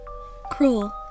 cruel